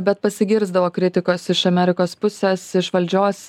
bet pasigirsdavo kritikos iš amerikos pusės iš valdžios